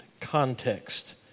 context